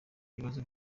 ibibazo